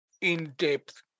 in-depth